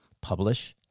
publish